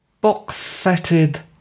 box-setted